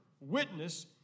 witness